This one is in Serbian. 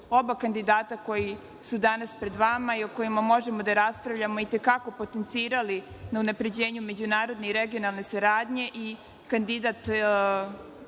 oba kandidata koji su danas pred vama i o kojima možemo da raspravljamo i te kako potencirali na unapređenju međunarodne i regionalne saradnje i kandidat